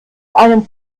einem